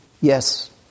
Yes